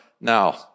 now